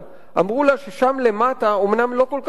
אמרו לה ששם למטה אומנם לא כל כך נוח,